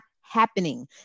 happening